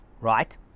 right